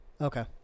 Okay